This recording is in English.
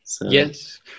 Yes